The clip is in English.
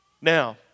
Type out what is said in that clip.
Now